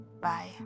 bye